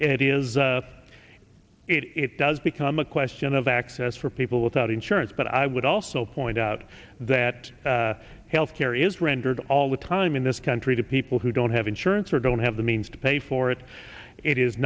it is it does become a question of access for people without insurance but i would also point out that health care is rendered all the time in this country to people who don't have insurance or don't have the means to pay for it it is